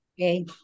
Okay